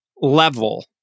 level